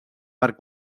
per